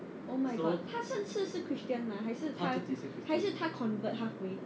oh my god 他上次是 christian mah 还是还是他 convert halfway